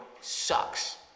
sucks